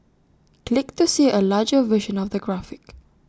click to see A larger version of the graphic